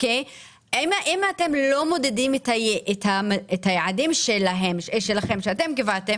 אם אתם לא מודדים את היעדים שאתם קבעתם